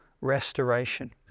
restoration